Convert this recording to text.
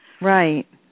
Right